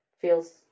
feels